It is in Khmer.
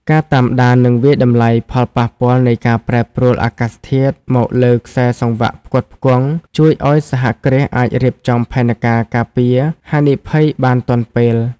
ការតាមដាន និងវាយតម្លៃផលប៉ះពាល់នៃការប្រែប្រួលអាកាសធាតុមកលើខ្សែសង្វាក់ផ្គត់ផ្គង់ ជួយឱ្យសហគ្រាសអាចរៀបចំផែនការការពារហានិភ័យបានទាន់ពេល។